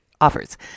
offers